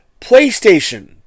PlayStation